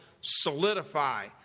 solidify